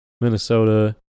Minnesota